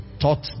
taught